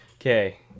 Okay